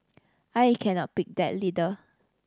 I cannot pick that leader